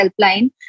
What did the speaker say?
helpline